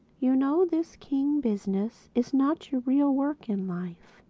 you know this king business is not your real work in life.